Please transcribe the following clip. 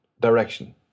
direction